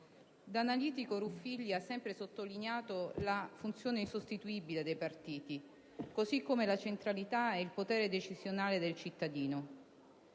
Da analitico, Ruffilli ha sempre sottolineato la funzione insostituibile dei partiti, così come la centralità e il potere decisionale del cittadino.